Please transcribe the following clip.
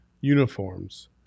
uniforms